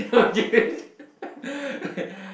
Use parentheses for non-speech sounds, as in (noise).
okay (laughs)